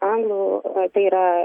anglų tai yra